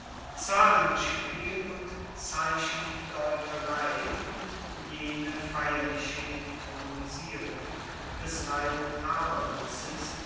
zahlenspiel und zeichendeuterei und jene feierliche inthronisierung des reinen aberwitzes